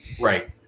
Right